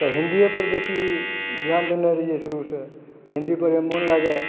तऽ हिन्दीए पर बेसी ध्यान देने रहिऐ शुरुसंँ आ हिन्दी पढ़यमे मोन लागै